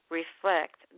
reflect